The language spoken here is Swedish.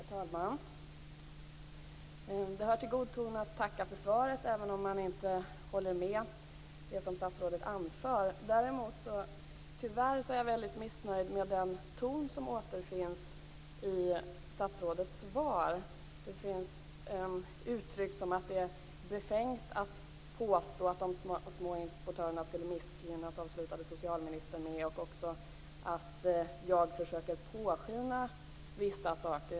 Herr talman! Det hör till god ton att tacka för svaret, även om man inte håller med om det som statsrådet anför. Tyvärr är jag väldigt missnöjd med den ton som återfinns i statsrådet svar. Socialministerns avslutade med att det är befängt att påstå att de små importörerna skulle missgynnas. Hon sade också och att jag försöker påskina vissa saker.